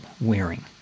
wearing